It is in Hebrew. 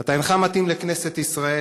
אתה אינך מתאים לכנסת ישראל,